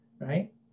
right